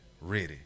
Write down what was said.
ready